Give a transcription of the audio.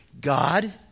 God